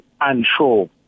unsure